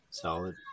solid